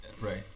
right